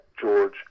George